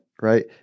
right